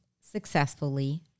successfully